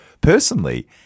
personally